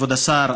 כבוד השר,